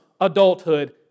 adulthood